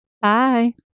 Bye